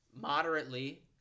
moderately